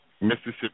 Mississippi